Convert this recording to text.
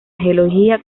geología